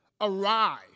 arrive